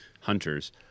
hunters